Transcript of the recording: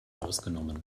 ausgenommen